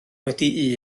wedi